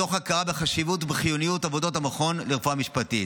מתוך הכרה בחשיבות ובחיוניות עבודות המכון לרפואה משפטית.